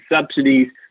subsidies